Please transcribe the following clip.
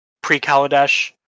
pre-Kaladesh